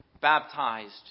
baptized